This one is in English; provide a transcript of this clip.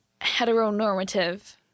heteronormative